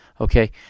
okay